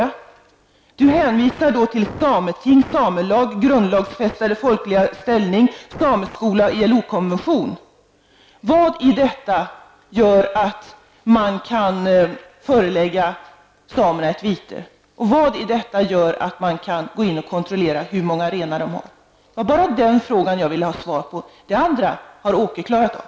Anders Castberger hänvisar till sameting, samelag, grundlagsfästade folkliga ställning, sameskolan och ILO-konvention. Vad i detta gör att man skall kunna förelägga samerna ett vite? Vad i detta gör att man kan gå in och kontrollera hur många renar samerna har? Det är bara den här frågan som jag vill ha svar på. Det andra har Åke Selberg klarat av.